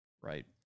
Right